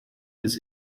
des